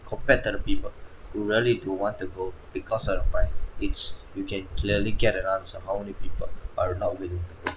compared to the people who really don't want to go because of the price it's you can clearly get an answer how many people are not willing to pay